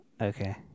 Okay